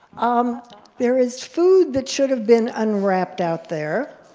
um there is food that should have been unwrapped out there,